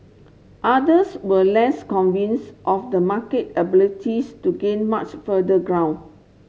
others were less convince of the market abilities to gain much further ground